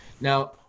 Now